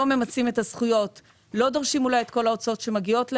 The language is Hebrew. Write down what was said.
ממצים את הזכויות ואולי לא דורשים את כל ההוצאות שמגיעות להם.